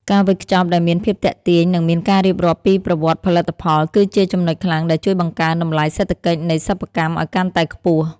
ការវេចខ្ចប់ដែលមានភាពទាក់ទាញ និងមានការរៀបរាប់ពីប្រវត្តិផលិតផល គឺជាចំណុចខ្លាំងដែលជួយបង្កើនតម្លៃសេដ្ឋកិច្ចនៃសិប្បកម្មឱ្យកាន់តែខ្ពស់។